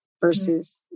versus